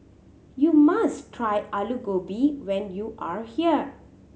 you must try Alu Gobi when you are here